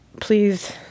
please